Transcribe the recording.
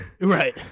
Right